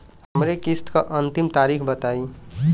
हमरे किस्त क अंतिम तारीख बताईं?